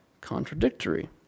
contradictory